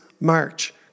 March